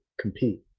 compete